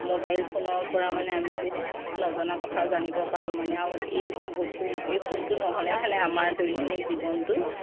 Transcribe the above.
mobile ফোনৰ পৰা মানে আমি বহুত নজনা কথা জানিব পাৰোঁ মানে আৰু এই বস্তু এই ফোনটো নহ'লে মানে আমাৰ দৈনন্দিন জীৱনটো